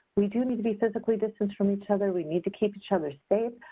we do need to be physically distanced from each other, we need to keep each other safe,